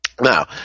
Now